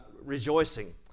rejoicing